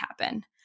happen